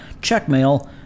Checkmail